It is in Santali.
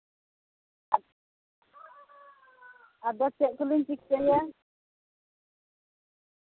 ᱟᱫᱚ ᱪᱮᱫ ᱠᱚᱞᱤᱧ ᱪᱤᱠᱟᱭᱟ